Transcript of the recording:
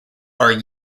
are